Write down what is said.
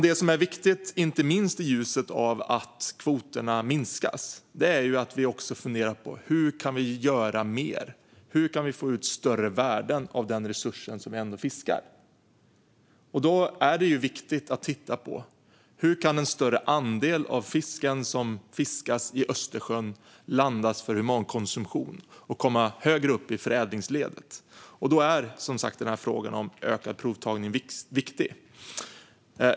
Det som är viktigt, inte minst i ljuset av att kvoterna minskas, är att vi också funderar på hur vi kan göra mer och få ut större värden av den resurs som vi ändå fiskar. Då är det viktigt att titta på hur en större andel av den fisk som fiskas i Östersjön kan landas för humankonsumtion och komma högre upp i förädlingsledet. Här är frågan om ökad provtagning viktig.